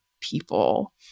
people